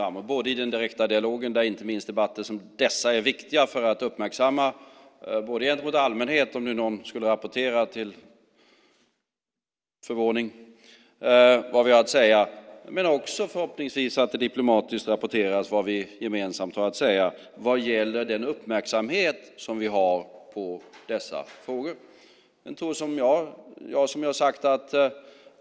Det gäller både i den direkta dialogen där inte minst debatter som dessa är viktiga för att uppmärksamma gentemot allmänheten - om nu någon till förvåning skulle rapportera vad vi har att säga - men också förhoppningsvis att det diplomatiskt rapporteras vad vi gemensamt har att säga vad gäller den uppmärksamhet som vi har på dessa frågor.